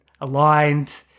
aligned